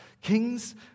Kings